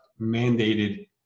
mandated